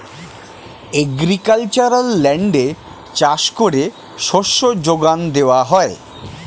agricultural ল্যান্ডে চাষ করে শস্য যোগান দেওয়া হয়